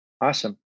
Awesome